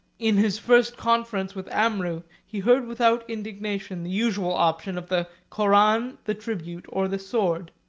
in his first conference with amrou, he heard without indignation the usual option of the koran, the tribute, or the sword.